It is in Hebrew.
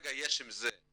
וכרגע יש אתגרים